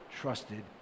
trusted